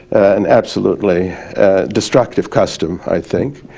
an absolutely destructive custom i think.